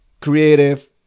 creative